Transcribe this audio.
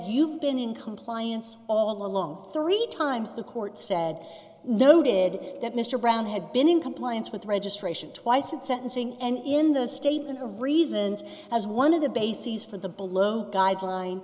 you've been in compliance all along three times the court said noted that mr brown had been in compliance with registration twice in sentencing and in the statement of reasons as one of the bases for the below guideline